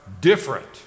different